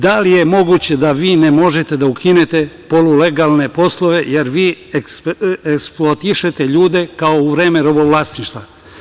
Da li je moguće da vi ne možete da ukinete polulegalne poslove, jer vi eksploatišete ljude, kao u vreme robovlasništva.